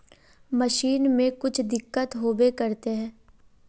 Machine में कुछ दिक्कत होबे करते है?